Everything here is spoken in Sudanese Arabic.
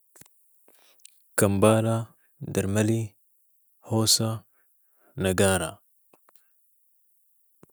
كمبالا ، درملي ، هوسا ، نقارا